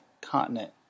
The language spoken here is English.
continent